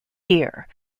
gear